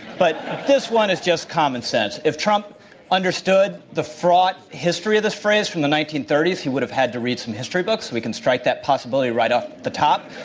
but this one is just common sense. if trump understood the fraught history of this phrase from the nineteen thirty s he would've had to read some history books so we can strike that possibility right off the top.